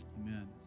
Amen